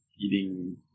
eating